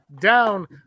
down